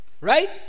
Right